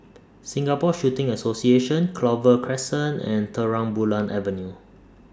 Singapore Shooting Association Clover Crescent and Terang Bulan Avenue